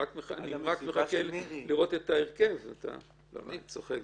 אני רק מחכה לראות את ההרכב אני צוחק,